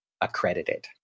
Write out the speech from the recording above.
accredited